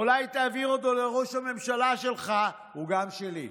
אולי תעביר אותו לראש הממשלה שלך, הוא גם שלי,